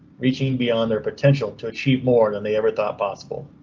reaching beyond their potential to achieve more than they ever thought possible,